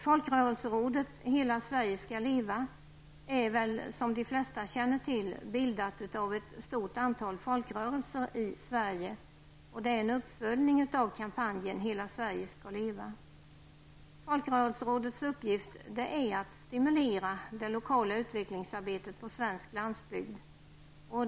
Folkrörelserådet Hela Sverige skall leva är, som väl de flesta känner till, bildat av ett stort antal folkrörelser i Sverige och är en uppföljning av kampanjen ''Hela Sverige skall leva''. Folkrörelserådets uppgift är att stimulera det lokala utvecklingsarbetet på svensk landsbygd.